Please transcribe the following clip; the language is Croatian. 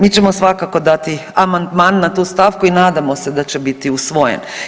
Mi ćemo svakako dati amandman na tu stavku i nadamo se da će biti usvojen.